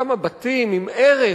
כמה בתים עם ערך,